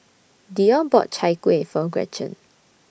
Dionne bought Chai Kueh For Gretchen